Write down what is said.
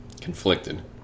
Conflicted